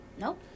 Nope